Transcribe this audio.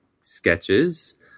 sketches